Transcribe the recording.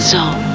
Zone